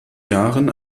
jahren